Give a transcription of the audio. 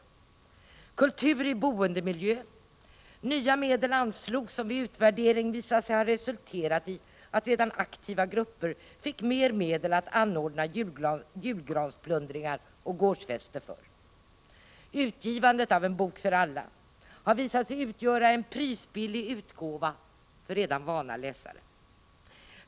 Det är kultur i boendemiljö: nya medel anslogs, som vid en utvärdering visade sig ha resulterat i att redan aktiva grupper fick mer medel att anordna julgransplundringar och gårdsfester för. Utgivandet av En bok för alla har visat sig utgöra en prisbillig utgåva för redan vana läsare.